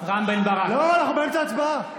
--- לא, אנחנו באמצע הצבעה.